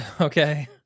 Okay